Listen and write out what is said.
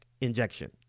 injection